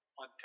on